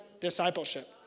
discipleship